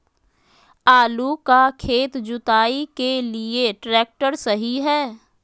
आलू का खेत जुताई के लिए ट्रैक्टर सही है?